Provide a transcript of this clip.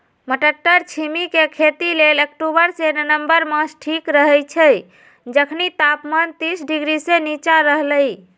मट्टरछिमि के खेती लेल अक्टूबर से नवंबर मास ठीक रहैछइ जखनी तापमान तीस डिग्री से नीचा रहलइ